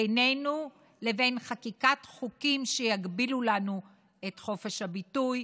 בינינו לבין חקיקת חוקים שיגבילו לנו את חופש הביטוי,